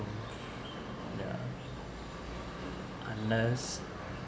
ya unless